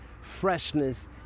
Freshness